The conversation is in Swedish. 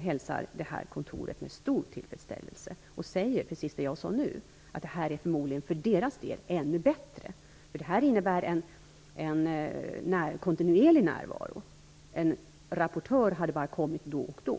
hälsar kontoret med stor tillfredsställelse. De säger precis det som jag sade nu, nämligen att det för deras del förmodligen är ännu bättre. Det innebär en kontinuerlig närvaro. En rapportör hade bara kommit då och då.